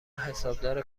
حسابدار